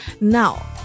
Now